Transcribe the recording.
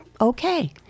Okay